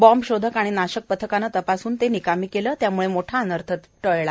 bomb शोधक आणि नाशक पथकाने तपासून ते निकामी केले त्यामुळे मोठा अनर्थ टळला